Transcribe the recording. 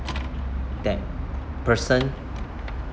that person